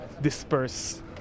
disperse